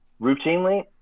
Routinely